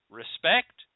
respect